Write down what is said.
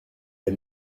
les